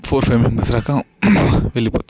four five members దాకా వెళ్ళిపోతాం